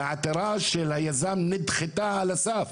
לכן העתירה של היזם נדחתה על הסף.